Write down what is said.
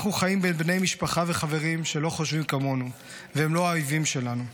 אנחנו חיים בין בני משפחה וחברים שלא חושבים כמונו והם לא האויבים שלנו.